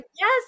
Yes